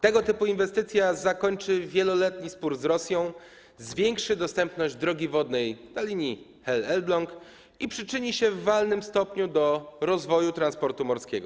Tego typu inwestycja zakończy wieloletni spór z Rosją, zwiększy dostępność drogi wodnej na linii Hel - Elbląg i przyczyni się w walnym stopniu do rozwoju transportu morskiego.